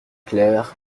claire